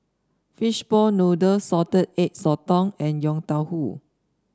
Fishball Noodle Salted Egg Sotong and Yong Tau Foo